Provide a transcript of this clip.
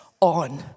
on